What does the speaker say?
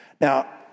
Now